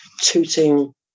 Tooting